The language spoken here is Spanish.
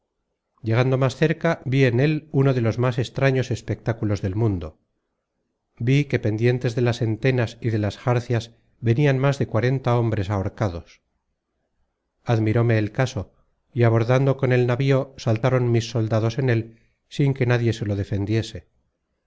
llegando más cerca vi en él uno de los más extraños espectáculos del mundo vi que pendientes de las entenas y de las jarcias venian más de cuarenta hombres ahorcados admiróme el caso y abordando con el navío saltaron mis soldados en él sin que nadie se lo defendiese